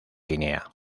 guinea